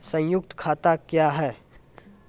संयुक्त खाता क्या हैं?